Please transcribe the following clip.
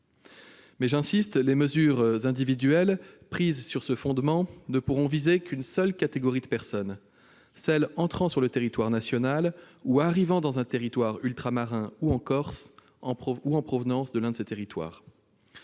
J'y insiste, les mesures individuelles prises sur ce fondement ne pourront viser que ceux qui entrent sur le territoire national ou qui arrivent dans un territoire ultramarin ou en Corse, ou en provenance de l'un de ces territoires.